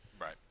Right